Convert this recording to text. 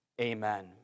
amen